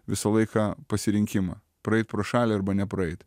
visą laiką pasirinkimą praeit pro šalį arba nepraeit